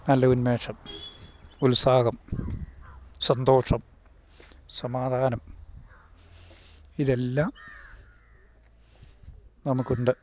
നല്ല ഉന്മേഷം ഉത്സാഹം സന്തോഷം സമാധാനം ഇതെല്ലാം നമുക്കുണ്ട്